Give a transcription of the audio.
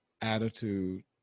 attitude